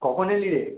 কখন এলি রে